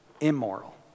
immoral